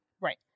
Right